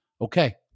Okay